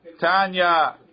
Tanya